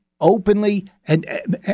openly—and